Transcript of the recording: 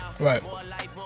Right